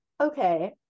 okay